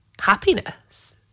happiness